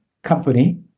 Company